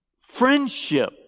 friendship